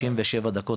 57 דקות,